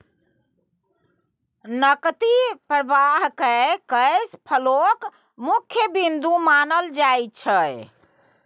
नकदी प्रवाहकेँ कैश फ्लोक मुख्य बिन्दु मानल जाइत छै